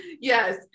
Yes